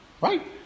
Right